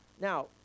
now